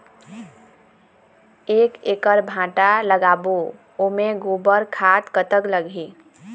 एक एकड़ भांटा लगाबो ओमे गोबर खाद कतक लगही?